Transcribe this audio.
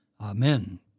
Amen